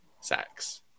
sex